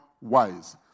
wise